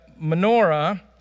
menorah